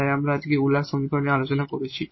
তাই আমরা আজ Euler সমীকরণ নিয়ে আলোচনা করেছি